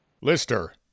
Lister